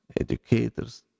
educators